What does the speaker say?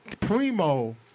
Primo